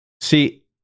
see